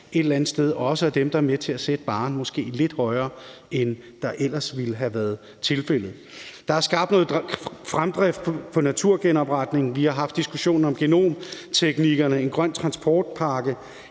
et eller andet sted også er dem, der er med til at sætte barren måske lidt højere, end det ellers ville have været tilfældet. Kl. 17:53 Der er skabt noget fremdrift på området for naturgenopretning, vi har haft diskussionen om genomteknikkerne, og vi har en grøn transportpakke.